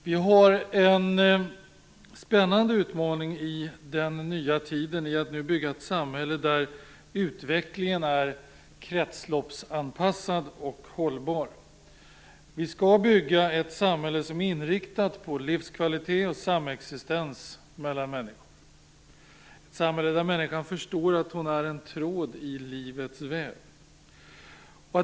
Vi har en spännande utmaning inför den nya tiden i att nu bygga ett samhälle där utvecklingen är kretsloppsanpassad och hållbar. Vi skall bygga ett samhälle som är inriktat på livskvalitet och samexistens mellan människor, ett samhälle där människan förstår att hon är en tråd i livets väv.